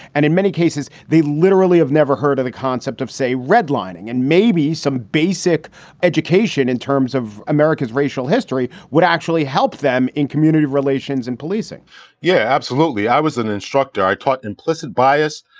and in many cases, they literally have never heard of the concept of, say, redlining and maybe some basic education in terms of america's racial history would actually help them in community relations and policing yeah, absolutely. i was an instructor. i taught implicit bias.